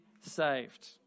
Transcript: saved